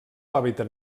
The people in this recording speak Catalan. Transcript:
hàbitat